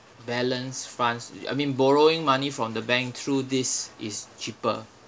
balance funds I mean borrowing money from the bank through this is cheaper